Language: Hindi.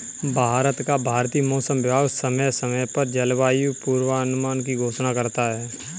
भारत का भारतीय मौसम विभाग समय समय पर जलवायु पूर्वानुमान की घोषणा करता है